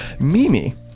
Mimi